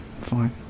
Fine